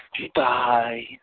Goodbye